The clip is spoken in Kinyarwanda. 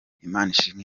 imanishimwe